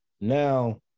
now